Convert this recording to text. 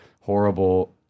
horrible